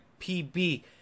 PB